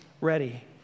ready